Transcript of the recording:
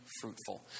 fruitful